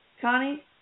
Connie